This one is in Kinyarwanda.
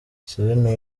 serena